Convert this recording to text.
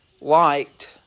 liked